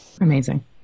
Amazing